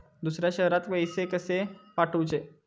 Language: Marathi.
दुसऱ्या शहरात पैसे कसे पाठवूचे?